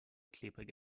klebrig